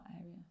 area